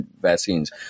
vaccines